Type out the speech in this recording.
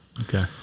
Okay